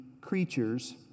creatures